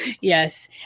Yes